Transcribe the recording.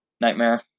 nightmare